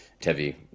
Tevi